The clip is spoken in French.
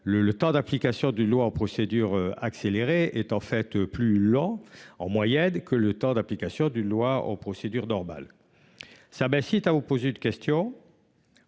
le temps d'application d'une loi en procédure accélérée, est en fait plus lent en moyenne que le temps d'application d'une loi aux procédures normales. Ça baisse il à vous poser de question.